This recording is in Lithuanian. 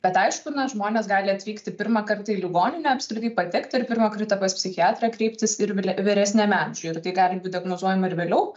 bet aišku na žmonės gali atvykti pirmąkart į ligoninę apskritai patekti ir pirma kartą pas psichiatrą kreiptis ir vyle vyresniame amžiuje ir tai gali būt diagnozuojama ir vėliau